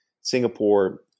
Singapore